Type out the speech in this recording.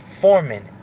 foreman